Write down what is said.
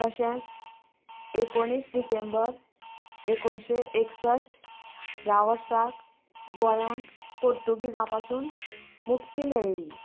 तशेंच एकोणीस डिसेंबर एकोणशे एकसश्ट ह्या वर्साक गोंयाक पोर्तुगीजां पासून मुक्ती मेळली